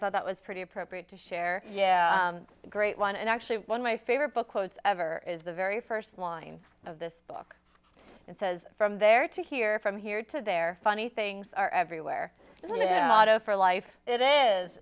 thought that was pretty appropriate to share yeah great one and actually one of my favorite book quotes ever is the very first line of this book and says from there to here from here to there funny things are everywhere i go for life it is